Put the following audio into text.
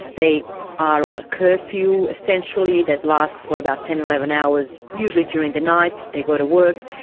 they are on a curfew, essentially, that lasts for about ten, eleven hours, usually during the night, they go to work,